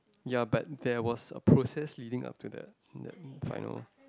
ya but there was a process leading up to the that final